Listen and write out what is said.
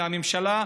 מהממשלה,